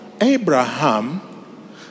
Abraham